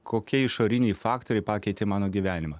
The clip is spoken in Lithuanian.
kokie išoriniai faktoriai pakeitė mano gyvenimą